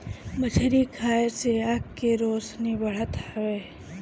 मछरी खाए से आँख के रौशनी बढ़त हवे